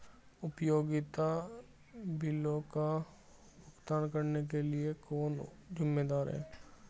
उपयोगिता बिलों का भुगतान करने के लिए कौन जिम्मेदार है?